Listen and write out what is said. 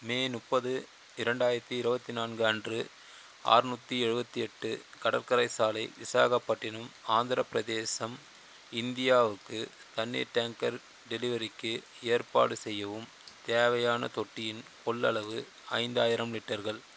மே முப்பது இரண்டாயிரத்தி இருபத்தி நான்கு அன்று ஆறுநூற்றி எழுபத்தி எட்டு கடற்கரை சாலை விசாகப்பட்டினம் ஆந்திரப் பிரதேசம் இந்தியாவுக்கு தண்ணீர் டேங்கர் டெலிவரிக்கி ஏற்பாடு செய்யவும் தேவையான தொட்டியின் கொள்ளளவு ஐந்தாயிரம் லிட்டர்கள்